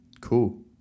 Cool